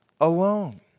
alone